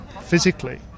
physically